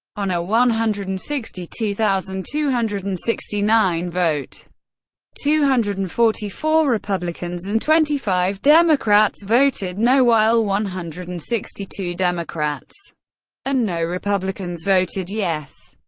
on a one hundred and sixty two two hundred and sixty nine vote two hundred and forty four republicans and twenty five democrats voted no, while one hundred and sixty two democrats and no republicans voted yes.